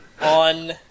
on